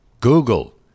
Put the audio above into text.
Google